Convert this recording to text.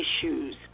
issues